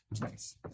Nice